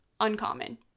uncommon